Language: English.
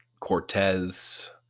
Cortez